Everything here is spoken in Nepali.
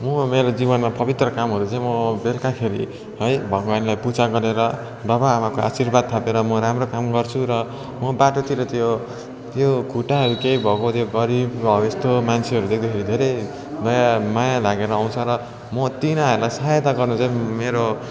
म मेरो जीवनमा पवित्र कामहरू चाहिँ म बेलुकाखेरि है भगवान्लाई पूजा गरेर बाबा आमाको आशीर्वाद थापेर म राम्रो काम गर्छु र म बाटोतिर त्यो त्यो खुट्टाहरू केही भएको थियो गरिब हौ यस्तो मान्छेहरू देख्दा धेरै दया माया लागेर आउँछ र म तिनीहरूलाई सहायता गर्नु चाहिँ मेरो